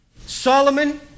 Solomon